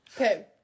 Okay